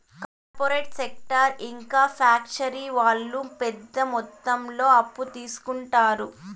corporate sector ఇంకా factory వాళ్ళు పెద్ద మొత్తంలో అప్పు తీసుకుంటారు